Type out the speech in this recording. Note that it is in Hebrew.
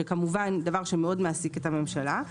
כמובן דבר שמאוד מעסיק את הממשלה.